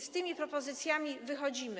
Z tymi propozycjami wychodzimy.